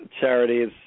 charities